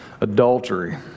adultery